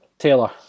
Taylor